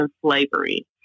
slavery